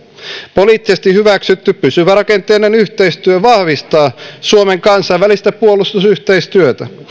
poliittisesti hyväksytty pysyvä rakenteellinen yhteistyö vahvistaa suomen kansainvälistä puolustusyhteistyötä